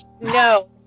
no